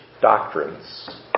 doctrines